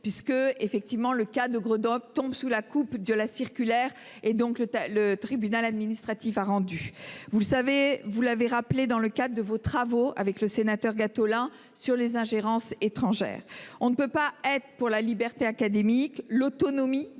puisque effectivement le cas de Grenoble tombe sous la coupe de la circulaire. Et donc le as le tribunal administratif a rendu, vous le savez, vous l'avez rappelé, dans le cadre de vos travaux avec le sénateur Gattolin sur les ingérences étrangères. On ne peut pas être pour la liberté académique, l'autonomie